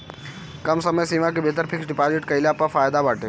कम समय सीमा के भीतर फिक्स डिपाजिट कईला पअ फायदा बाटे